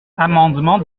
amendement